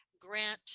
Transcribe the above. grant